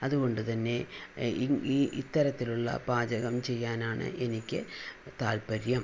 അതുകൊണ്ട് തന്നെ ഈ ഈ ഇത്തരത്തിലുള്ള പാചകം ചെയ്യാനാണ് എനിക്ക് താത്പര്യം